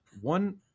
One